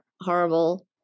horrible